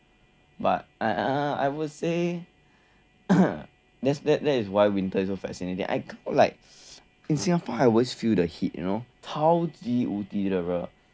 but I would say that's that that is why winter is so fascinating I like in Singapore I always feel the heat you know 超级无敌的热